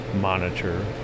monitor